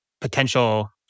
potential